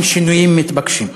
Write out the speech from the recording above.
בשינויים מתבקשים.